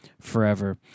forever